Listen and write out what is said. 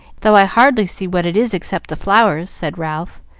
though i hardly see what it is except the flowers, said ralph,